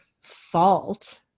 fault